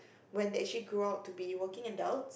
when they actually grow up to be working adult